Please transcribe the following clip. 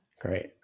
Great